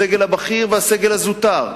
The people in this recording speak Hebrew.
הסגל הבכיר והסגל הזוטר.